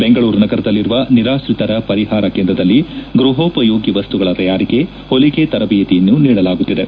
ಬೆಂಗಳೂರು ನಗರದಲ್ಲಿರುವ ನಿರಾತ್ರಿತರ ಪರಿಹಾರ ಕೇಂದ್ರದಲ್ಲಿ ಗೃಹೋಪಯೋಗಿ ವಸ್ತುಗಳ ತಯಾರಿಕೆ ಹೊಲಿಗೆ ತರಬೇತಿಯನ್ನು ನೀಡಲಾಗುತ್ತಿದೆ